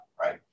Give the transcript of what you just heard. Right